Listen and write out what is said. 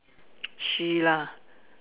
she lah